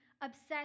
obsessed